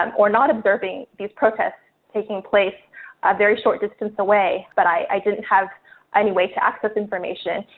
um or not observing these protests taking place, a very short distance away, but i didn't have any way to access information.